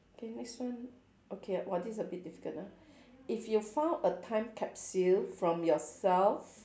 okay next one okay !wah! this is a bit difficult ah if you found a time capsule from yourself